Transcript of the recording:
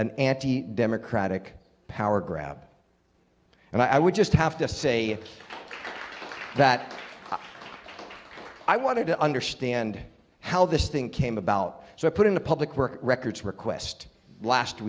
an democratic power grab and i would just have to say that i wanted to understand how this thing came about so i put in the public work records request last